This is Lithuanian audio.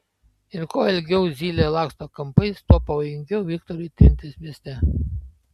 ir kuo ilgiau zylė laksto kampais tuo pavojingiau viktorui trintis mieste